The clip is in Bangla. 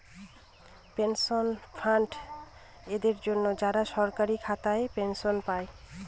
পেনশন ফান্ড তাদের জন্য, যারা সরকারি খাতায় পেনশন পায়